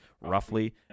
roughly